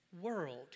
world